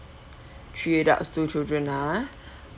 three adults two children ah